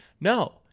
No